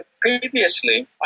previously